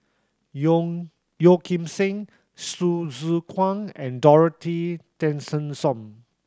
Yong Yeo Kim Seng Hsu Tse Kwang and Dorothy Tessensohn